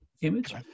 image